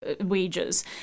wages